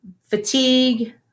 fatigue